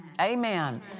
Amen